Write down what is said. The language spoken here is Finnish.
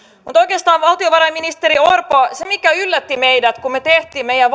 mutta oikeastaan valtiovarainministeri orpo se mikä yllätti meidät kun me teimme meidän